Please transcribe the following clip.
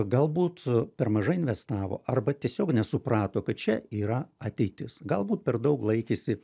galbūt per mažai investavo arba tiesiog nesuprato kad čia yra ateitis galbūt per daug laikėsi